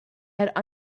had